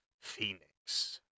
Phoenix